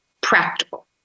practical